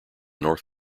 north